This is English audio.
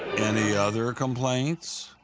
any other complaints?